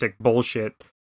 bullshit